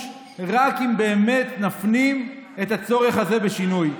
רק אם באמת נפנים את הצורך הזה בשינוי.